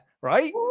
right